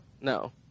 no